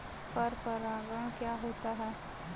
पर परागण क्या होता है?